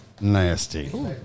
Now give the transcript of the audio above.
nasty